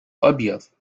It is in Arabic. أبيض